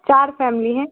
چار فیملی ہیں